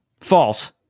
False